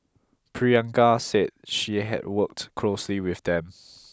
Priyanka said she had worked closely with them